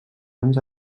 anys